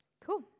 Cool